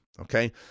okay